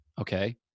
okay